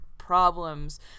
Problems